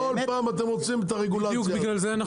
כל פעם אתם עושים את הרגולציה הזאת.